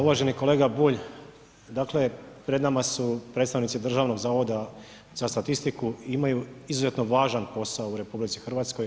Uvaženi kolega Bulj, dakle, pred nama su predstavnici Državnog zavoda za statistiku, imaju izuzetno važan posao u RH.